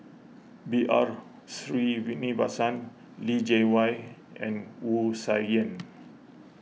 B R Sreenivasan Li Jiawei and Wu Tsai Yen